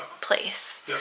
place